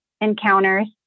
encounters